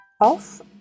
off